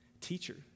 Teacher